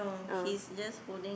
oh